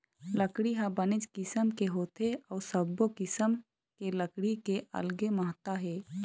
लकड़ी ह बनेच किसम के होथे अउ सब्बो किसम के लकड़ी के अलगे महत्ता हे